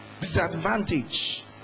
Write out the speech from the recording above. disadvantage